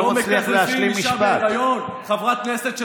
חבר הכנסת גפני, הוא לא מצליח להשלים משפט.